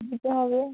যেতে হবে